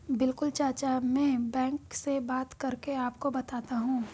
बिल्कुल चाचा में बैंक से बात करके आपको बताता हूं